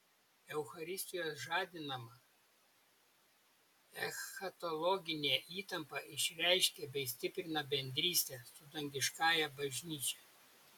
eucharistijos žadinama eschatologinė įtampa išreiškia bei stiprina bendrystę su dangiškąja bažnyčia